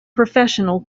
professional